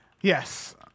Yes